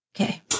Okay